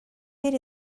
did